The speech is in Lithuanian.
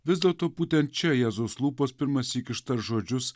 vis dėlto būtent čia jėzus lūpos pirmąsyk ištars žodžius